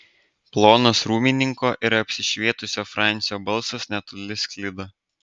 plonas rūmininko ir apsišvietusio francio balsas netoli sklido